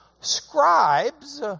Scribes